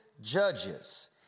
judges